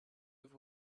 have